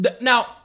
now